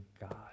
God